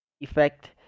effect